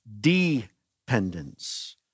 dependence